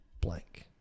Blank